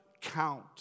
count